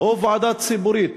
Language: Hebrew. או ועדה ציבורית